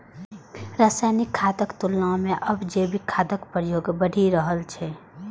रासायनिक खादक तुलना मे आब जैविक खादक प्रयोग बढ़ि रहल छै